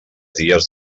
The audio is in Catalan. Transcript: dies